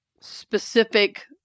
specific